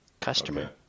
customer